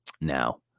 Now